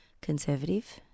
conservative